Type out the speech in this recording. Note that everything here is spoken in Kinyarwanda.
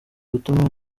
gutuma